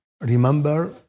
Remember